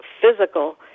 physical